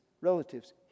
relatives